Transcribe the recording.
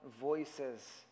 voices